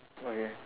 okay